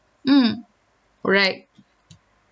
mm alright